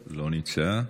נמצא.